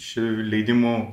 šių leidimų